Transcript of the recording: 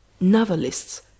Novelists